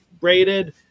braided